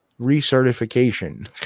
recertification